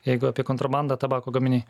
jeigu apie kontrabandą tabako gaminiai